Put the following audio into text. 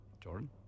Jordan